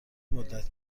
مدت